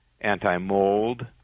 anti-mold